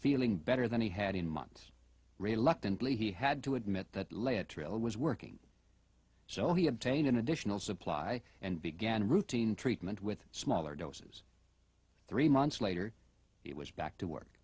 feeling better than he had in months reluctantly he had to admit that lay a trail was working so he obtained an additional supply and began routine treatment with smaller doses three months later he was back to work